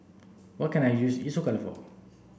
what can I use Isocal for